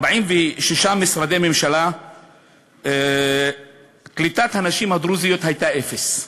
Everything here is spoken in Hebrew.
במשרדי ממשלה קליטת הנשים הדרוזיות הייתה אפס,